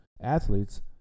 athletes